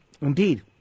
Indeed